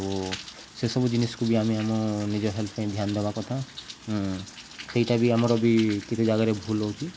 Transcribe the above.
ଆଉ ସେସବୁ ଜିନିଷକୁ ବି ଆମେ ଆମ ନିଜ ହେଲଥ ପାଇଁ ଧ୍ୟାନ ଦବା କଥା ସେଇଟା ବି ଆମର ବି କେତେ ଜାଗାରେ ଭୁଲ ହଉଛି